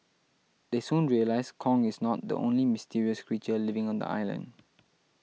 they soon realise Kong is not the only mysterious creature living on the island